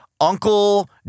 uncle